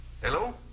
Hello